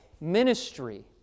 ministry